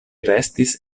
restis